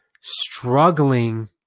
struggling